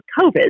COVID